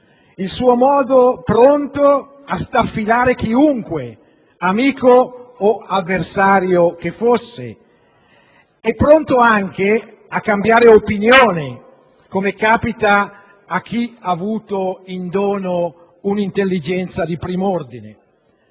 Il suo modo pronto a staffilare chiunque, amico o avversario che fosse, e pronto anche a cambiare opinioni, come capita a chi ha avuto in dono un'intelligenza di primo ordine.